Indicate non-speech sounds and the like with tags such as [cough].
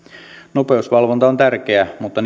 nopeusvalvonta on tärkeää mutta [unintelligible]